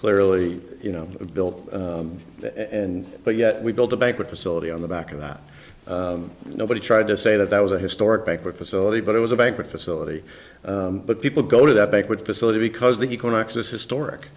clearly you know built and but yet we built a banquet facility on the back of that nobody tried to say that that was a historic banquet facility but it was a banquet facility but people go to that banquet facility because the equinox is historic